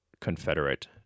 Confederate